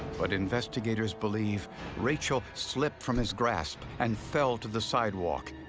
but investigators believe rachel slipped from his grasp and fell to the sidewalk,